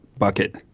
bucket